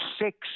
six